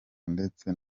ndetse